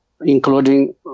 including